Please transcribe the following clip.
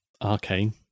Arcane